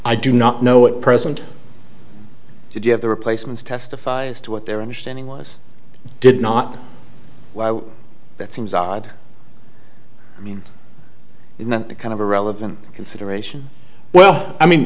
i do not know what present did you have the replacements testifies to what their understanding was did not that seems odd i mean in that kind of irrelevant consideration well i mean